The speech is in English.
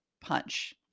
punch